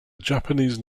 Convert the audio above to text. japanese